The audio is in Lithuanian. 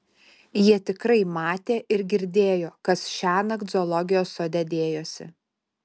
jie tikrai matė ir girdėjo kas šiąnakt zoologijos sode dėjosi